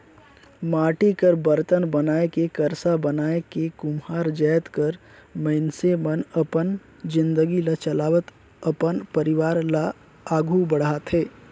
माटी कर बरतन बनाए के करसा बनाए के कुम्हार जाएत कर मइनसे मन अपन जिनगी ल चलावत अपन परिवार ल आघु बढ़ाथे